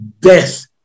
death